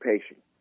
patient